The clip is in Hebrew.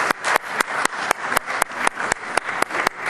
(מחיאות כפיים)